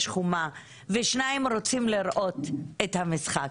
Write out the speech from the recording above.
יש חומה ושניים רוצים לראות את המשחק.